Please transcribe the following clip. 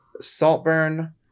Saltburn